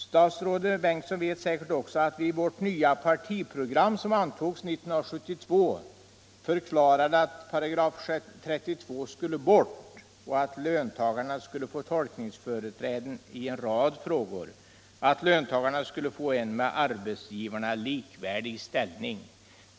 Statsrådet Bengtsson vet säkert också att folkpartiet i det nya partiprogram som antogs 1972 förklarade att § 32 skulle bort och att löntagarna skulle få tolkningsföreträde i en rad frågor, att löntagarna skulle få en med arbetsgivarna likvärdig ställning.